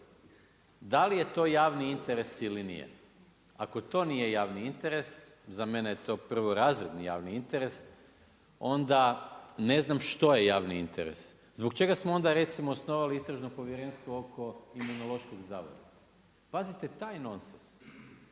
Da li je to javni interes ili nije. Ako to nije javni interes, za mene je to prvorazredni javni interes, onda ne znam što je javni interes. Zbog čega smo onda recimo, Istražno povjerenstvo oko imunološkog zavoda. Pazite taj